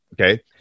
okay